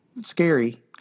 scary